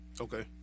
Okay